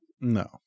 No